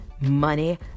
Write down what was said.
money